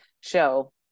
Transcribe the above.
show